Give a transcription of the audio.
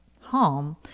home